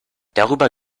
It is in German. darüber